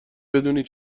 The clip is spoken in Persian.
بدونی